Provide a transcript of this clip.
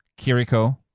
Kiriko